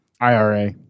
IRA